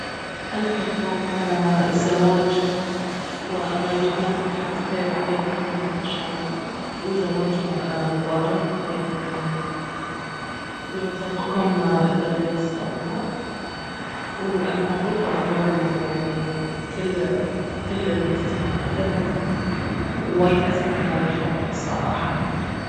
الف مبروك على الزواج والله يجعله فاتحة خير عليكم ان شاءالله وزواج مبارك ويعني يرزقكم الذرية الصالحة والف مبروك وعقبال يعني كل كل الي تتمنى لهم ووايد اسعدني هاي الخبر الصراحة